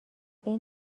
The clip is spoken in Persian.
این